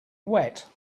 wet